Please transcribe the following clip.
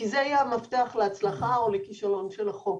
כי זה יהיה המפתח להצלחה או לכישלון של החוק.